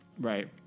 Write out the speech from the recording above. Right